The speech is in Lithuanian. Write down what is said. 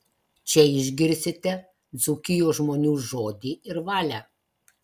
čia išgirsite dzūkijos žmonių žodį ir valią